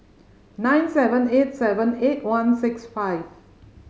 nine seven eight seven eight one six five